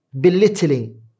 belittling